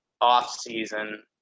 off-season